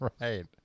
Right